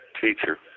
Teacher